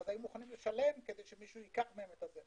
ואז היו מוכנים לשלם כדי שמישהו ייקח מהם א זה.